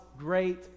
great